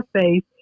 face